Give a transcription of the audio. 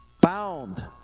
Bound